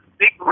big